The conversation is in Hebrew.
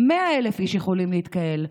100,000 איש יכולים להתקהל.